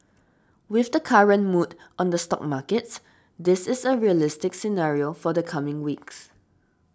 with the current mood on the stock markets this is a realistic scenario for the coming weeks